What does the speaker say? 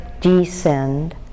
descend